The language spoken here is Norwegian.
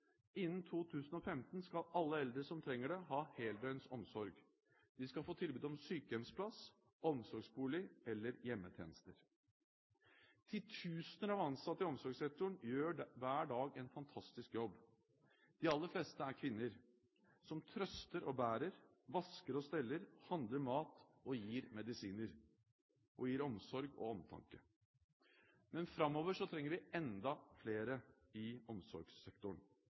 Innen 2015 skal alle eldre som trenger det, ha heldøgns omsorg. De skal få tilbud om sykehjemsplass, omsorgsbolig eller hjemmetjenester. Titusener av ansatte i omsorgssektoren gjør hver dag en fantastisk jobb. De aller fleste er kvinner, som trøster og bærer, vasker og steller, handler mat og gir medisiner, omsorg og omtanke. Men framover trenger vi enda flere i omsorgssektoren,